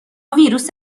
ویروس